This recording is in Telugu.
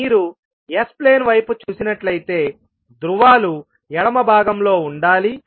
మీరు S ప్లేన్ వైపు చూసినట్లయితే ధ్రువాలు ఎడమ భాగంలో ఉండాలి